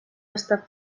està